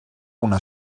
una